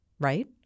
right